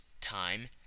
time